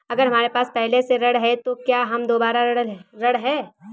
अगर हमारे पास पहले से ऋण है तो क्या हम दोबारा ऋण हैं?